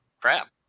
crap